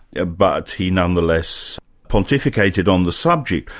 ah but he nonetheless pontificated on the subject.